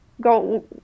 go